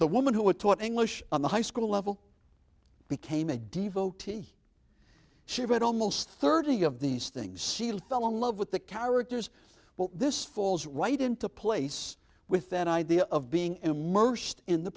the woman who had taught english on the high school level became a divo t v she read almost thirty of these things she'll fell in love with the characters well this falls right into place with that idea of being immersed in the